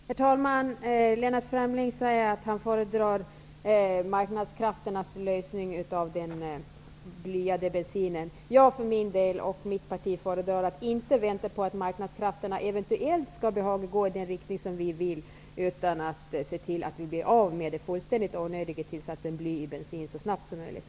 Herr talman! Lennart Fremling säger att han föredrar marknadskrafternas lösning av problemet med den blyade bensinen. Jag och mitt parti föredrar att inte vänta på att marknadskrafterna eventuellt skall behaga gå i den riktning som vi vill. Vi vill se till att vi blir av med den fullständigt onödiga tillsatsen bly i bensin så snabbt som möjligt.